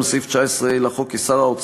סעיף 19(ה) לחוק קובע כיום כי שר האוצר,